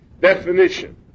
definition